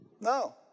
No